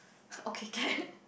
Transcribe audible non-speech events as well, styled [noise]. okay [laughs] can